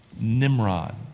Nimrod